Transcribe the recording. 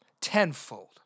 tenfold